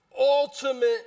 ultimate